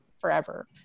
forever